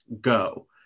go